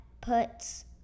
puts